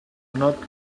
not